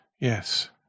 Yes